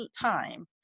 time